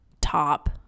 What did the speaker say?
top